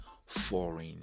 foreign